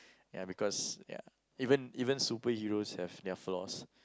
ya because ya even even superheroes have their flaws